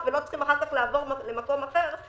ולא צריכים אחר כך לעבור למקום אחר,